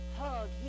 hug